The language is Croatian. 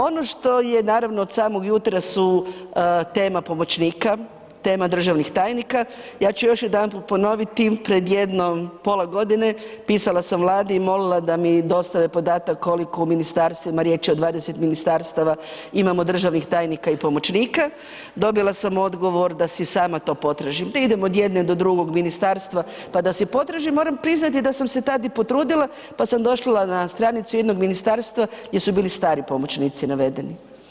Ono što je naravno od samog jutra su tema pomoćnika, tema državnih tajnika, ja ću još jedanput ponoviti pred jedno pola godine pisala sam Vladi i molila da mi dostave podatak koliko u ministarstvima, riječ je o 20 ministarstava, imamo državnih tajnika i pomoćnika, dobila sam odgovor da si sama to potražim, da idem od jednog do drugog ministarstva, pa da si potražim, moram priznati da sam se tad i potrudila, pa sam došla na stranicu jednog ministarstva gdje su bili stari pomoćnici navedeni.